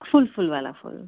full full वाला full